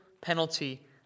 penalty